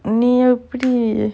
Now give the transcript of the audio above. நீ எப்டி:nee epdi